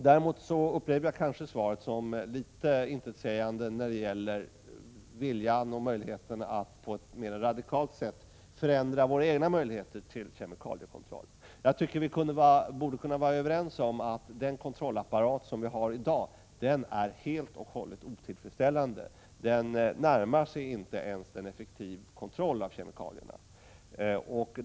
Däremot upplever jag kanske svaret som litet intetsägande när det gäller viljan och möjligheten att på ett mer radikalt sätt förändra våra egna möjligheter till kemikaliekontroll. Jag tycker att vi borde kunna vara överens om att den kontrollapparat vi har i dag är helt och hållet otillfredsställande. Den närmar sig inte ens en effektiv kontroll av kemikalierna.